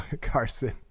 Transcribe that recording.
Carson